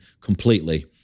completely